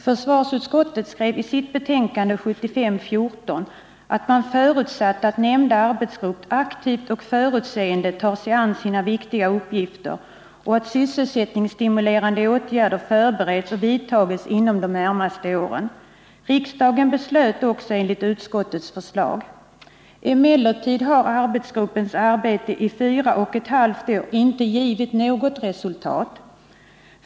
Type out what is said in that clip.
Försvarsutskottet skrev i betänkande 14, 1975, att utskottet förutsatte att nämnda arbetsgrupp aktivt och förutseende skulle ta sig an sina viktiga uppgifter och att sysselsättningsstimulerande åtgärder skulle förberedas och vidtagas inom de närmaste åren. Riksdagen beslöt också enligt utskottets förslag. Emellertid har arbetsgruppens arbete i fyra och ett halvt år inte givit något resultat.